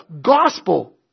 gospel